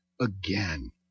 again